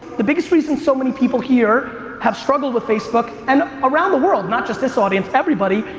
the biggest reason so many people here have struggled with facebook and around the world, not just this audience, everybody,